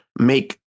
make